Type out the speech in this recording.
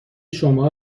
شما